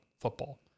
football